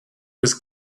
was